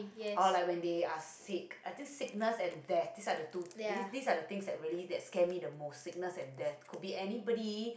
or like when they are sick I think sickness and death these are the two these are the things that really that scare me the most sickness and death could be anybody